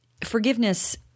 forgiveness